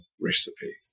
recipe